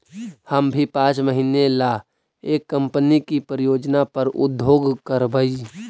हम भी पाँच महीने ला एक कंपनी की परियोजना पर उद्योग करवई